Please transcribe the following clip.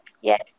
Yes